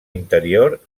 interior